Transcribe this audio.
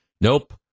nope